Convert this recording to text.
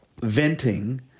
venting